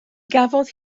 gafodd